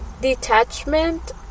detachment